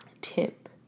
tip